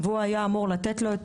והוא היה אמור לתת לו את